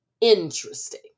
Interesting